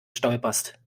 stolperst